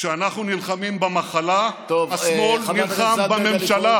כשאנחנו נלחמים במחלה, השמאל נלחם בממשלה.